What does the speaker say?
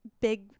big